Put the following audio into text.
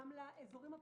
גם לאזורים הפריפריאליים,